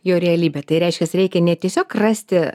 jo realybė tai reiškias reikia ne tiesiog rasti